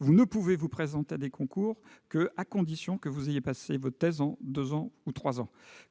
ne pouvez vous présenter à des concours qu'à la condition d'avoir passé votre thèse en deux ans ou trois ans.